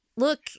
Look